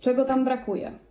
Czego tam brakuje?